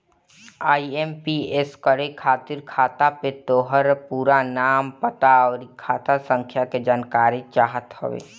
IMPS करे खातिर खाता पे तोहार पूरा नाम, पता, अउरी खाता संख्या के जानकारी चाहत हवे